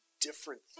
different